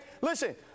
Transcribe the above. listen